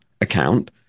account